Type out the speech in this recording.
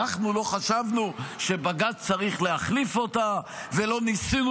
אנחנו לא חשבנו שבג"ץ צריך להחליף אותה ולא ניסינו